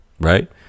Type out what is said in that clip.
Right